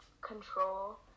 control